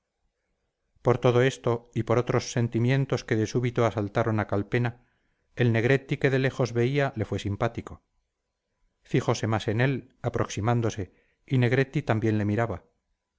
por todo esto y por otros sentimientos que de súbito asaltaron a calpena el negretti que de lejos veía le fue simpático fijose más en él aproximándose y negretti también le miraba